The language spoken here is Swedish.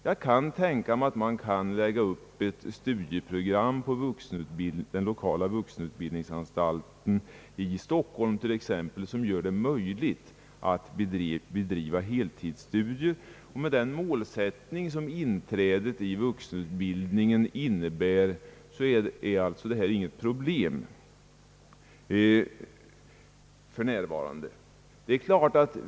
Jag kan tänka mig att man kan lägga upp ett studieprogram vid den lokala vuxenutbildningsanstalten i Stockholm som t.ex. gör det möjligt att bedriva heltidsstudier. Med den målsättning som uppställts i vuxenutbildningen innebär detta alltså inget problem för närvarande.